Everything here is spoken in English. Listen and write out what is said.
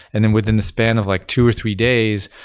and then within the span of like two or three days,